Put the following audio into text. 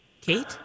Kate